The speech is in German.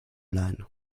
leihen